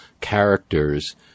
characters